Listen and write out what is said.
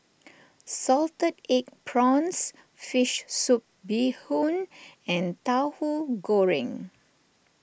Salted Egg Prawns Fish Soup Bee Hoon and Tauhu Goreng